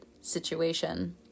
situation